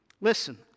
Listen